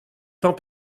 fins